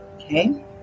okay